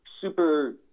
super